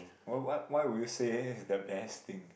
why why why would say is the best thing